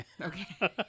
okay